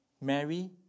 Mary